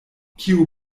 kiu